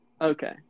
Okay